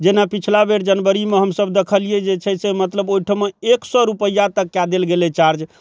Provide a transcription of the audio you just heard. जेना पछिला बेर जनवरीमे हमसब देखलियै जे छै से मतलब ओइठाम एक सए रूपैआ तक कए देल गेलै चार्ज